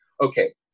okay